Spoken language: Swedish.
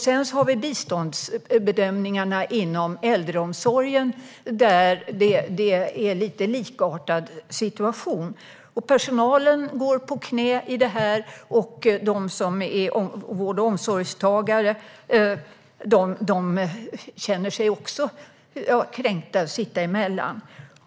Vi har en liknande situation när det gäller biståndsbedömningarna inom äldreomsorgen. Personalen går på knäna, och vård och omsorgstagarna känner sig kränkta av att sitta emellan.